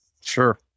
sure